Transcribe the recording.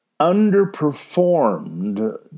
underperformed